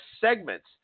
segments